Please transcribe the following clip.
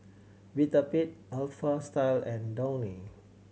Vitapet Alpha Style and Downy